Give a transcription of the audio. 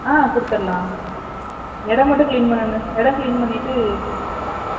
ஆ கொடுத்துரலாம் இடம் மட்டும் க்ளீன் பண்ணணும் இடம் க்ளீன் பண்ணிட்டு ஆ